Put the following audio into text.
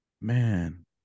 Man